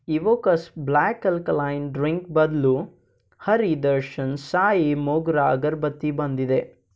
Evocus black alkaline drink ಬದಲು ಹರಿ ದರ್ಶನ್ ಸಾಯಿ ಮೋಗ್ರಾ ಅಗರಬತ್ತಿ ಬಂದಿದೆ